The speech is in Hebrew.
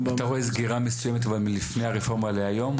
אתה רואה סגירה מסוימת כבר מלפני הרפורמה להיום?